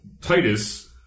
Titus